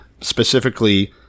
specifically